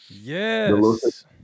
Yes